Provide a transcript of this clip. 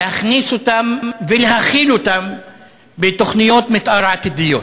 להכניס אותם ולהכיל אותם בתוכניות מתאר עתידיות.